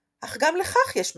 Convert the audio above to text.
אך גם לכך יש משמעות,